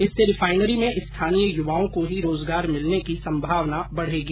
इससे रिफाइनरी में स्थानीय युवाओं को ही रोजगार मिलने की संभावना बढ़ेगी